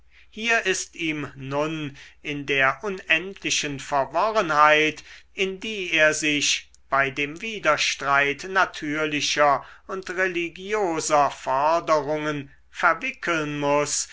hier ist ihm nun in der unendlichen verworrenheit in die er sich bei dem widerstreit natürlicher und religioser forderungen verwickeln muß